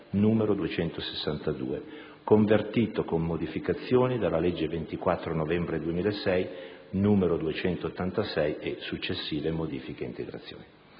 n. 262, convertito, con modificazioni, dalla legge 24 novembre 2006, n. 286, e successive modifiche ed integrazioni.